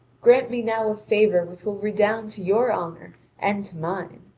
grant me now a favour which will redound to your honour and to mine.